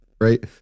right